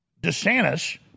DeSantis